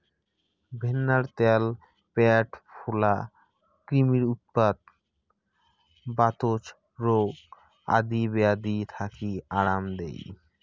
ভেন্নার ত্যাল প্যাট ফোলা, ক্রিমির উৎপাত, বাতজ রোগ আদি বেয়াধি থাকি আরাম দেই